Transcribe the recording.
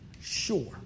sure